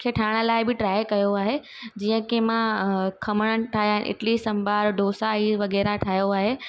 खे ठाहिण लाइ बि ट्राई आहे जीअं की मां खमणु ठाहियां इडली सांभर डोसा इहे वग़ैरह ठाहियो आहे